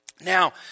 Now